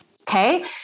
okay